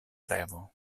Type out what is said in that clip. revo